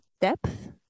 depth